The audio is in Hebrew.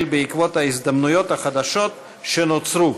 בעקבות ההזדמנויות החדשות שנוצרו,